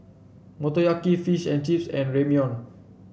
Motoyaki Fish and Chips and Ramyeon